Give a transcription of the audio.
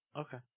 Okay